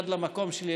עד למקום שלי,